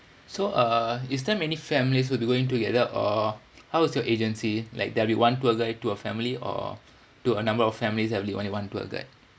so uh is there many families will be going together or how is your agency like there'll be one tour guide to a family or to a number of families there'll be only one tour guide